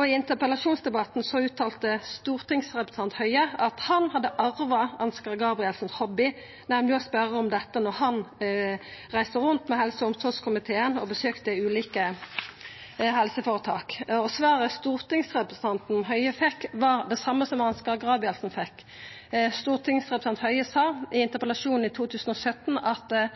I interpellasjonsdebatten uttalte stortingsrepresentant Høie at han hadde arva Ansgar Gabrielsens hobby, nemleg å spørja om dette når han reiste rundt med helse- og omsorgskomiteen og besøkte ulike helseføretak. Svaret stortingsrepresentant Høie fekk, var det same som Ansgar Gabrielsen fekk. Stortingsrepresentant Høie sa i interpellasjonen i 2017 at